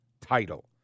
title